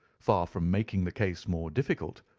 far from making the case more difficult,